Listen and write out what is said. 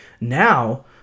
Now